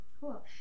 cool